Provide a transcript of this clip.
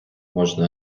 можна